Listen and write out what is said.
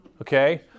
okay